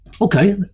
okay